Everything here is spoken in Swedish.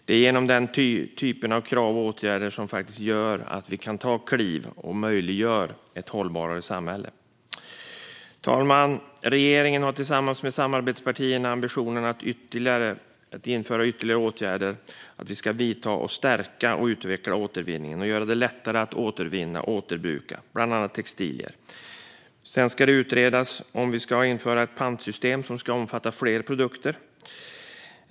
Det är den typen av krav och åtgärder som faktiskt gör att vi kan ta kliv och möjliggöra ett hållbarare samhälle. Fru talman! Regeringen har tillsammans med samarbetspartierna ambitionen att vidta ytterligare åtgärder för att stärka och utveckla återvinningen och göra det lättare att återvinna och återbruka bland annat textilier. Det ska utredas om vi ska införa ett pantsystem som omfattar fler produkter.